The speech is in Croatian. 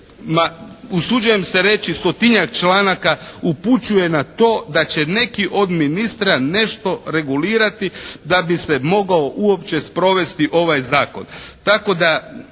usuđujem se reći stotinjak članaka upućuje na to da će neki od ministra nešto regulirati da bi se mogao uopće sprovesti ovaj zakon.